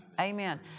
Amen